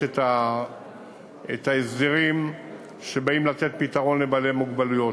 יש ההסדרים שבאים לתת פתרון לבעלי מוגבלויות,